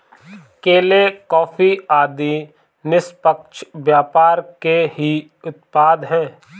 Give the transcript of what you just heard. केले, कॉफी आदि निष्पक्ष व्यापार के ही उत्पाद हैं